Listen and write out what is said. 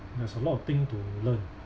there's a lot of thing to learn